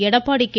Edappadi K